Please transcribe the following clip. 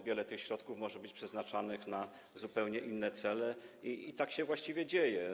Wiele środków może być przeznaczanych na zupełnie inne cele i tak się właściwie dzieje.